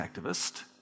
activist